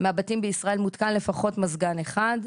מהבתים בישראל מותקן לפחות מזגן אחד.